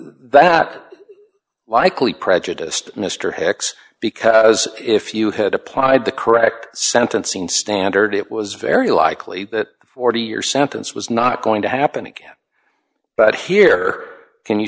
that likely prejudiced mr hicks because if you had applied the correct sentencing standard it was very likely that the forty year sentence was not going to happen again but here can you